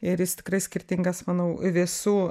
ir jis tikrai skirtingas manau visų